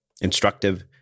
instructive